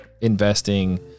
investing